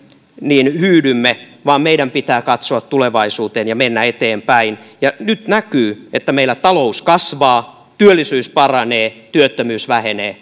niin hyydymme ja meidän pitää katsoa tulevaisuuteen ja mennä eteenpäin nyt näkyy että meillä talous kasvaa työllisyys paranee työttömyys vähenee